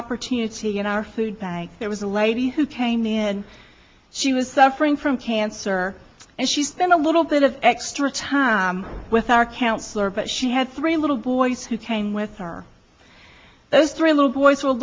opportunity in our food bank there was a lady who came in and she was suffering from cancer and she spent a little bit of extra time with our counselor but she had three little boys who came with her those three little boys were